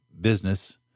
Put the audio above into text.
business